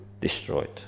destroyed